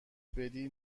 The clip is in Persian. بدی